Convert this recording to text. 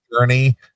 journey